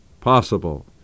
possible